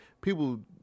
people